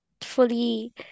fully